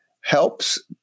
helps